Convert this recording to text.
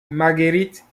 marguerite